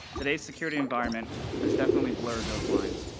today's security environment has definitely blurred those lines.